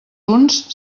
uns